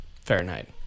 Fahrenheit